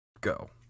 go